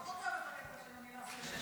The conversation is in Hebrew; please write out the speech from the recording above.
פחות אוהבת את המילה "סשן".